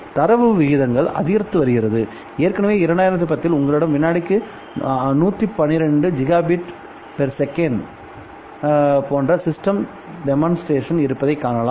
தரவு விகிதங்கள் அதிகரித்து வருகிறதுஏற்கனவே 2010 இல் உங்களிடம் விநாடிக்கு 112 ஜிகாபிட் போன்ற சிஸ்டம் தெமன்ஸ்ட்ரேஷன் இருப்பதை காணலாம்